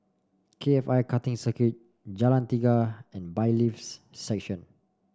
K F I Karting Circuit Jalan Tiga and Bailiffs' Section